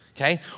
Okay